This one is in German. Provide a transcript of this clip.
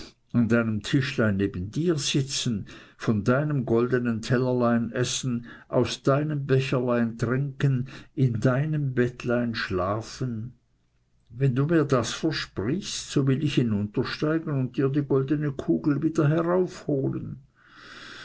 an deinem tischlein neben dir sitzen von deinem goldenen tellerlein essen aus deinem becherlein trinken in deinem bettlein schlafen wenn du mir das versprichst so will ich hinuntersteigen und dir die goldene kugel wieder heraufholen